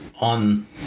on